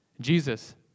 Jesus